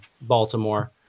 Baltimore